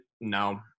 no